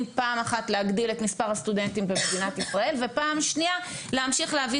להגדיל את מספר הסטודנטים במדינת ישראל ולהמשיך להביא